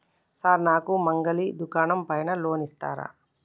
Sir నాకు మంగలి దుకాణం పైన లోన్ ఇత్తరా?